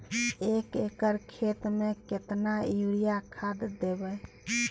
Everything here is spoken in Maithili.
एक एकर खेत मे केतना यूरिया खाद दैबे?